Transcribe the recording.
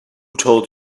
told